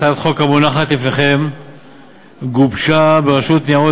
הצעת החוק המונחת בפניכם גובשה ברשות ניירות